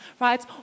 right